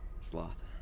sloth